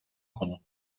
konu